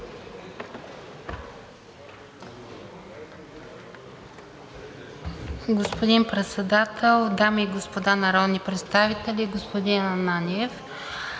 Господин Председател, дами и господа народни представители! Господин Ананиев,